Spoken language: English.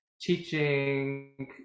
teaching